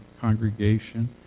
congregation